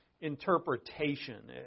interpretation